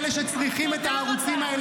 שום דבר לא הוספת כאילו.